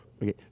Okay